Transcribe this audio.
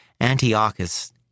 Antiochus